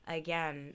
again